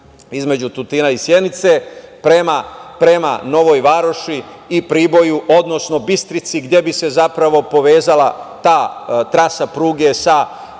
između Tutina i Sjenice prema Novoj Varoši i Priboju, odnosno Bistrici, gde bi se zapravo povezala ta trasa pruge sa